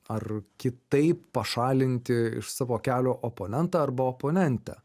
ar kitaip pašalinti iš savo kelio oponentą arba oponentę